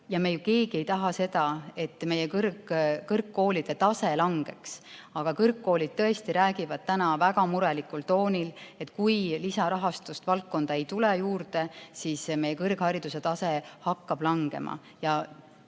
ja me ju keegi ei taha, et meie kõrgkoolide tase langeks. Aga kõrgkoolid tõesti räägivad täna väga murelikul toonil, et kui lisaraha valdkonda ei tule juurde, siis meie kõrghariduse tase hakkab langema.